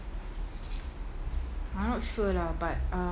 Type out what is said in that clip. I not sure lah but uh